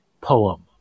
poem